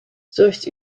zorgt